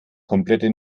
komplette